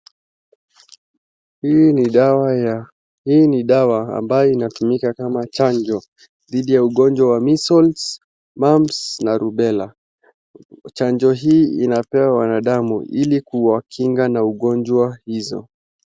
Hii ni dawa ambayo inatumika kama chanjo dhidi ya ugonjwa wa measles , mumps na rubella . Chanjo hii inapewa wanadamu ili kuwakinga na ugonjwa hizo.